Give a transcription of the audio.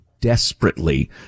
desperately